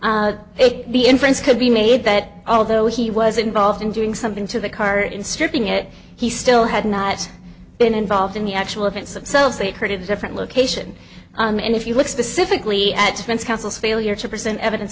be in france could be made that although he was involved in doing something to the car in stripping it he still had not been involved in the actual events themselves they heard a different location and if you look specifically at ben's counsel failure to present evidence